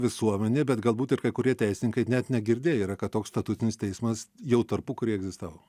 visuomenė bet galbūt ir kai kurie teisininkai net negirdėję yra kad toks statutinis teismas jau tarpukary egzistavo